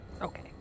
Okay